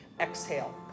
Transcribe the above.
Exhale